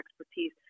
expertise